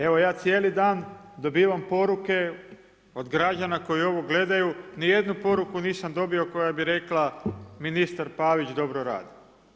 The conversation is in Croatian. Evo, ja cijeli dan dobivam poruke od građana koji ovo gledaju, nijednu poruku nisam dobio koja bi rekla, ministar Pavić dobro radi.